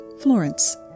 Florence